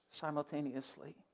simultaneously